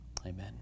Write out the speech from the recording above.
Amen